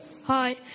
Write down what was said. Hi